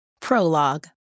Prologue